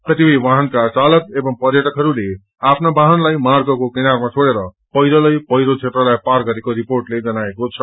कतिपय वाहनका चालक एवं पर्यटकहरूले आफ्ना वाहनलाई मार्गको किनारामा छोड़ेर पैदलै पैहो क्षेत्रलाई पार गरेको रिर्पोटले जनाएको छ